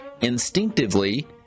Instinctively